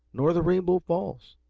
nor the rainbow falls,